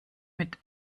mit